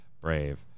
Brave